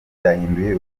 byahinduye